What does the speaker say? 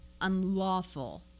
unlawful